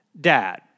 dad